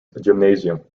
gymnasium